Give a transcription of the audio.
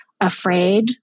afraid